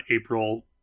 April